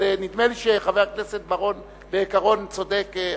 אבל נדמה לי שחבר הכנסת בר-און, בעיקרון, צודק.